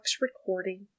recording